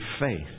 faith